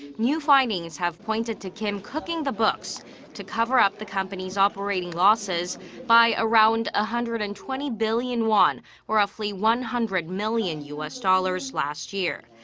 new findings have pointed to kim. cooking the books to cover up the company's operating losses by around one ah hundred and twenty billion won. or roughly one hundred million u s. dollars last year.